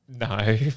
No